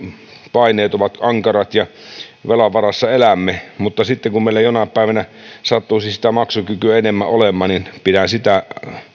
paineet ovat ankarat ja velan varassa elämme mutta sitten kun meillä jonain päivänä sattuisi sitä maksukykyä enemmän olemaan niin pidän sitä